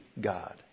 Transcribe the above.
God